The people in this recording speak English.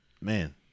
Man